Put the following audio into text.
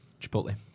Chipotle